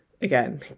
Again